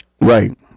Right